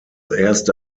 erste